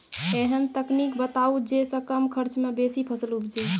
ऐहन तकनीक बताऊ जै सऽ कम खर्च मे बेसी फसल उपजे?